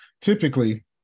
typically